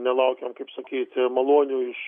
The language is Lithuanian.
nelaukėm kaip sakyt malonių iš